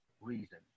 reason